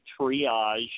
triage